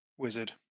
wizard